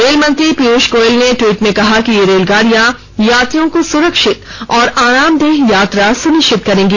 रेलमंत्री पीयूष गोयल ने टवीट में कहा कि ये रेलगाड़ियां यात्रियों को सुरक्षित और आरामदेह यात्रा सुनिश्चित करेंगी